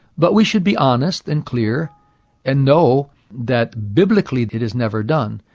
but we should be honest and clear and know that biblically it is never done.